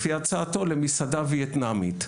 לפי הצעתו למסעדה ויאטנמית,